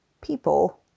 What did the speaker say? people